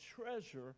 treasure